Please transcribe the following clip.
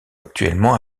actuellement